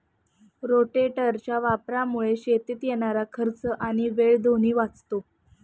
रोटेटरच्या वापरामुळे शेतीत येणारा खर्च आणि वेळ दोन्ही वाचतो